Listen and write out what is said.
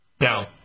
Now